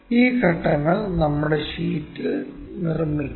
ഈ ഘട്ടങ്ങൾ നമ്മുടെ ഷീറ്റിൽ നിർമ്മിക്കാം